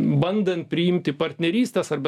bandant priimti partnerystės arba